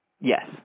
Yes